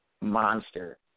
monster